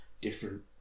different